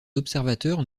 observateurs